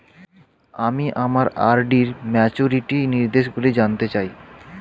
আমি আমার আর.ডি র ম্যাচুরিটি নির্দেশগুলি জানতে চাই